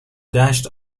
دشت